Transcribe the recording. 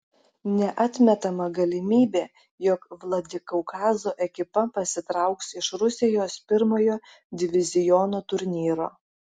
neatmetama galimybė jog vladikaukazo ekipa pasitrauks iš rusijos pirmojo diviziono turnyro